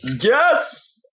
Yes